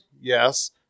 Yes